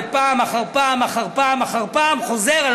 ופעם אחר פעם אחר פעם אחר פעם חוזר על